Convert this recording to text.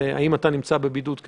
עכשיו צריך לוודא שהאנשים בבידוד.